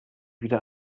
wieder